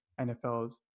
NFL's